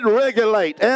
regulate